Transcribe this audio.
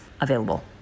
available